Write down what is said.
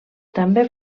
també